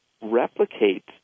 replicate